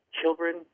children